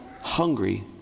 hungry